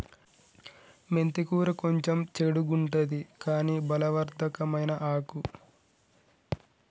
మెంతి కూర కొంచెం చెడుగుంటది కని బలవర్ధకమైన ఆకు